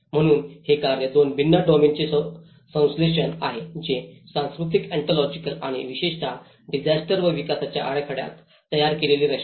म्हणूनच हे कार्य दोन भिन्न डोमेनचे संश्लेषण आहे जे सांस्कृतिक ऑन्टॉलॉजिकल आणि विशेषत डिसास्टर व विकासाच्या आराखड्यात तयार केलेली रचना आहे